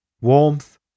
warmth